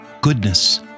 goodness